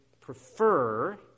prefer